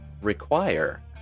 require